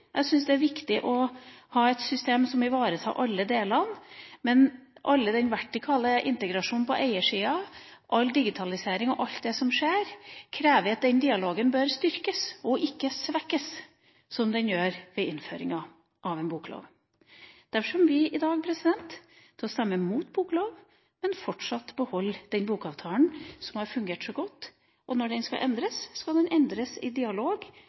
jeg syns fastpris er viktig. Det er viktig å ha et system som ivaretar alle delene, men all den vertikale integrasjon på eiersida og all digitaliseringa og alt som skjer, krever at dialogen bør styrkes og ikke svekkes, som den vil gjøre ved innføringa av en boklov. Derfor kommer vi i dag til å stemme imot en boklov, men fortsatt beholde den bokavtalen som har fungert så godt. Når den skal endres, skal den endres i dialog